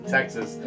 Texas